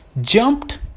jumped